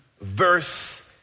verse